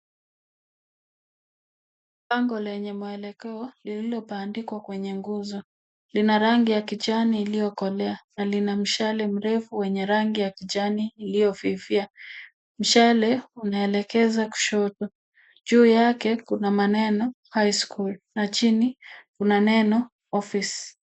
Bango lenye mwelekeo lililobandikwa kwenye nguzo, lina rangi ya kijani iliyokolea na lina mshale mrefu wenye rangi ya kijani iliyofifia. Mshale unaelekeza kushoto. Juu yake kuna maneno Highschool na chini kuna neno Office .